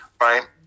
Right